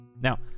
Now